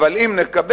אבל אם נקבל,